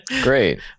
Great